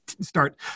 start